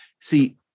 See